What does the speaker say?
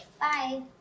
Bye